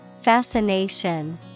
Fascination